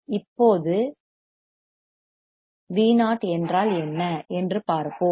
இப்போது Vo என்றால் என்ன என்று பார்ப்போம்